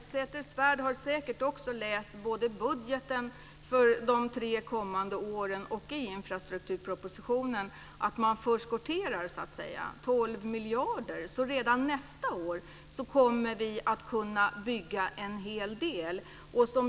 Fru talman! Catharina Elmsäter-Svärd har säkert också läst i budgeten för de tre kommande åren och i infrastrukturpropositionen att man förskotterar 12 miljarder kronor. Redan nästa år kommer vi att kunna bygga en hel del.